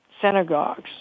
synagogues